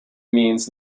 means